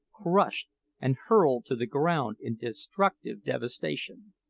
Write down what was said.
crushed and hurled to the ground in destructive devastation.